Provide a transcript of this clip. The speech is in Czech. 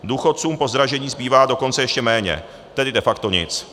Důchodcům po dražení zbývá dokonce ještě méně, tedy de facto nic.